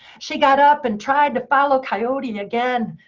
she got up and tried to follow coyote and again.